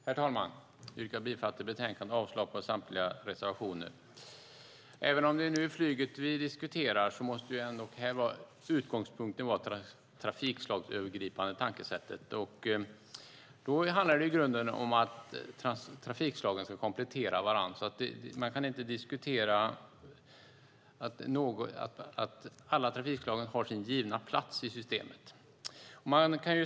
Herr talman! Jag yrkar bifall till förslaget i betänkandet och avslag på samtliga reservationer. Även om det är flyget vi diskuterar nu måste utgångspunkten ändå vara det trafikslagsövergripande tankesättet. Det handlar i grunden om att trafikslagen ska komplettera varandra. Alla trafikslag har sin givna plats i systemet.